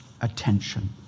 attention